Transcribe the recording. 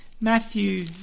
Matthew